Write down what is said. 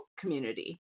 community